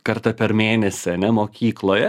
kartą per mėnesį ane mokykloje